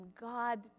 God